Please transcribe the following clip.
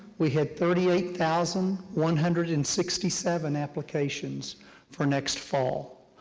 we had thirty eight thousand one hundred and sixty seven applications for next fall.